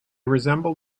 resemble